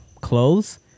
clothes